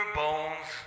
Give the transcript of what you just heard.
bones